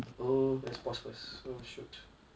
oh let's pause first oh shoot